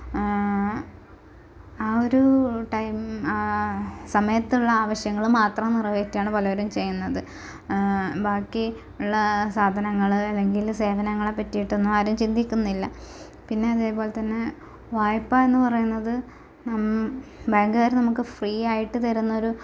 ആ ഒരു ടൈം സമയത്തുള്ള ആവശ്യങ്ങള് മാത്രം നിറവേറ്റുകയാണ് പലവരും ചെയ്യുന്നത് ബാക്കി ഉള്ള സാധനങ്ങള് അല്ലെങ്കില് സേവനങ്ങളെപ്പറ്റീയിട്ടൊന്നും ആരും ചിന്തിക്കുന്നില്ല പിന്നത് പോലെതന്നെ വായ്പ്പ എന്ന് പറയുന്നത് നം ബാങ്ക്കാര് നമുക്ക് ഫ്രീ ആയിട്ട് തരുന്നൊരു അല്ലെങ്കിൽ